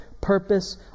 purpose